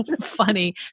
funny